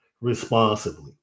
responsibly